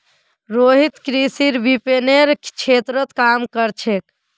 रोहित कृषि विपणनेर क्षेत्रत काम कर छेक